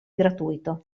gratuito